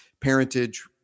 parentage